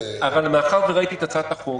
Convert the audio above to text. מאחר וראיתי את הצעת החוק,